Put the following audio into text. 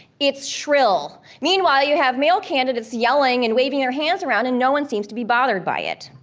it's shrill. meanwhile, you have male candidates yelling and waving their hands around and no one seems to be bothered by it.